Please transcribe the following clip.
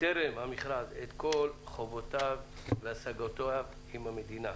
טרם המכרז את כל חובותיו והשגותיו מול המדינה.